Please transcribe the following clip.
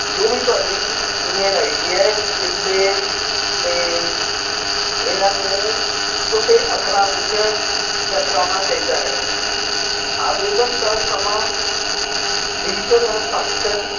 ਜੋ ਵੀ ਤੁਹਾਡੀ ਈਮੇਲ ਆਈ ਡੀ ਹੈ ਇਸ ਦੇ ਜਿਹੜੇ ਇਹਨਾਂ ਨੂੰ ਛੋਟੇ ਅੱਖਰਾਂ ਵਿੱਚ ਦਰਸਾਉਣਾ ਚਾਹੀਦਾ ਹੈ ਆਵੇਦਨ ਦਾ ਸਮਾਂ ਡਿਜੀਟਲ ਹਸਤਾਕਸ਼ਰ